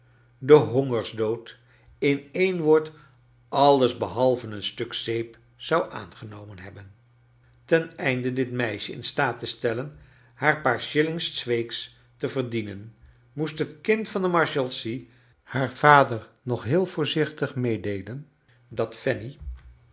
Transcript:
den hongerdood in een woord alles behalve een stuk zeep zou aangenomen hebben ten einde dit meisje in staat te stellen haar paar shillings s weeks te verdienen moest het kind van de marshalsea haar vader nog heel voorzichtig mecdeelen dat fanny